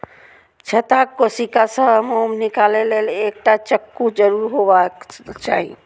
छत्ताक कोशिका सं मोम निकालै लेल एकटा चक्कू जरूर हेबाक चाही